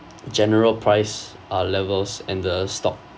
general price ah levels and the stock